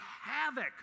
havoc